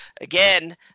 Again